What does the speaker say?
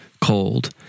cold